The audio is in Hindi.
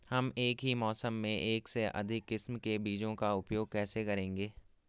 हम एक ही मौसम में एक से अधिक किस्म के बीजों का उपयोग कैसे करेंगे?